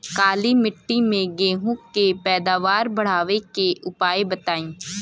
काली मिट्टी में गेहूँ के पैदावार बढ़ावे के उपाय बताई?